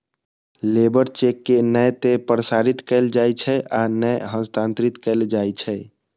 labour cheque के नै ते प्रसारित कैल जाइ छै आ नै हस्तांतरित कैल जाइ छै